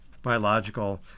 Biological